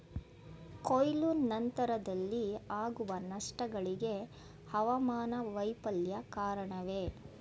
ಕೊಯ್ಲು ನಂತರದಲ್ಲಿ ಆಗುವ ನಷ್ಟಗಳಿಗೆ ಹವಾಮಾನ ವೈಫಲ್ಯ ಕಾರಣವೇ?